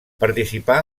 participà